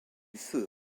feu